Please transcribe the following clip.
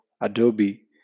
Adobe